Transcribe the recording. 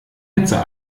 hitze